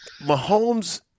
Mahomes